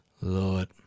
Lord